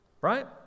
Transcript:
right